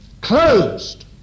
closed